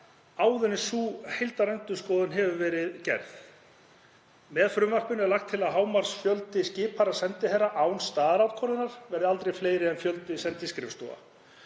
áður en sú heildarendurskoðun hefur verið gerð. Með frumvarpinu er lagt til að hámarksfjöldi skipaðra sendiherra án staðarákvörðunar verði aldrei fleiri en fjöldi sendiskrifstofa.